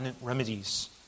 remedies